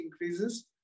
increases